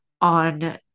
on